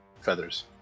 feathers